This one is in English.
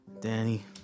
Danny